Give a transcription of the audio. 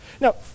Now